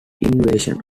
invasion